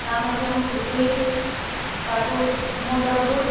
ତା' ମଧ୍ୟରେ ମୁଁ ଖୁସି ହୋଇ ତାକୁ ମୋ' ତରଫରୁ